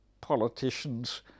politicians